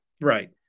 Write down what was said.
Right